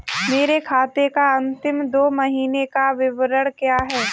मेरे खाते का अंतिम दो महीने का विवरण क्या है?